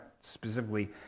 specifically